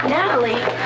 Natalie